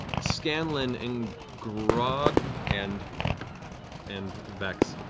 scanlan and grog and and vex,